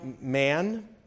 man